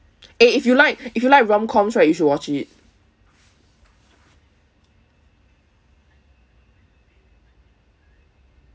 eh if you like if you like rom coms right you should watch it